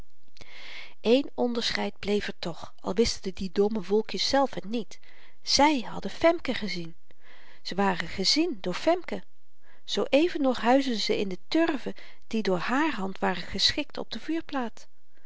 eén onderscheid bleef er toch al wisten die domme wolkjes zelf het niet zy hadden femke gezien ze waren gezien door femke zoo-even nog huisden ze in de turven die door hààr hand waren geschikt op de